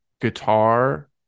guitar